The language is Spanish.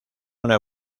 una